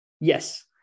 Yes